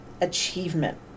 Achievement